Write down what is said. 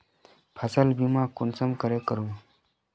फसल बीमा कुंसम करे करूम?